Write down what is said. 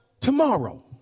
Tomorrow